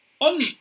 On